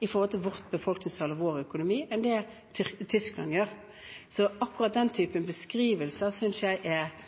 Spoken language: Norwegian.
i forhold til vårt befolkningstall og vår økonomi enn det Tyskland gjør. Så akkurat den typen beskrivelser synes jeg ikke er